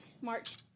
March